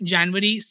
January